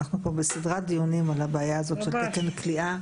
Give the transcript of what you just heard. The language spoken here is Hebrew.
אנחנו פה בסדרת דיונים על הבעיה הזאת של תקן כליאה.